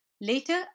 Later